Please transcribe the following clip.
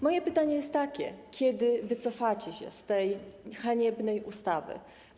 Moje pytanie jest takie: Kiedy wycofacie się z tej haniebnej ustawy?